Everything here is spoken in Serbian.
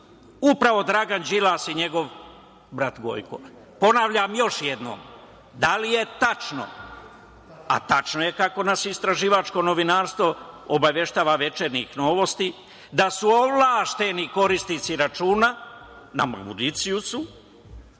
upravo Dragan Đilas i njegov brat Gojko. Ponavljam još jednom, da li je tačno, a tačno je kako nas istraživačko novinarstvo „Večernjih novosti“ obaveštava, da su ovlašćeni korisnici računa na Mauricijusu